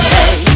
Hey